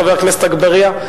חבר הכנסת אגבאריה?